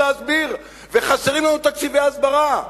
וחסרים לנו תקציבי הסברה?